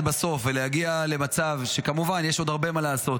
בסוף ולהגיע למצב שכמובן יש עוד הרבה מה לעשות,